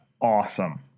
Awesome